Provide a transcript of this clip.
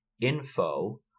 info